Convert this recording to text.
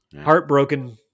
Heartbroken